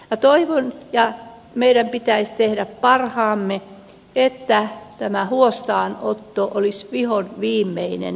toivon ja meidän pitäisi tehdä parhaamme että tämä huostaanotto olisi vihonviimeinen tapaus